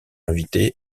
invité